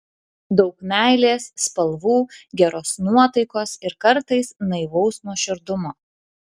daug meilės spalvų geros nuotaikos ir kartais naivaus nuoširdumo